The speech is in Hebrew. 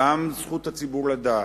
גם זכות הציבור לדעת,